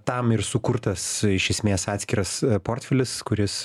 tam ir sukurtas iš esmės atskiras portfelis kuris